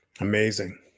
Amazing